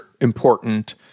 important